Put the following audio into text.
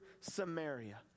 Samaria